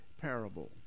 parable